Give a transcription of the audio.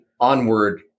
Onward